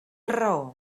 raó